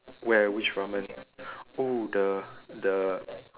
where which ramen oh the the